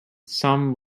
some